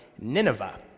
Nineveh